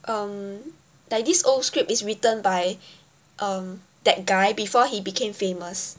um like this old script is written by um that guy before he became famous